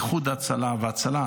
איחוד הצלה והצלה,